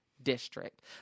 District